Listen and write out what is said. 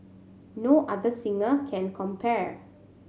no other singer can compare